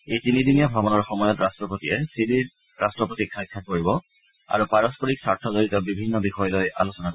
এই তিনিদিনীয়া ভ্ৰমণৰ সময়ত ৰাট্টপতিয়ে ছিলিৰ ৰাট্টপতিক সাক্ষাৎ কৰিব আৰু পাৰস্পৰিক স্বাৰ্থজড়িত বিভিন্ন বিষয় লৈ আলোচনা কৰিব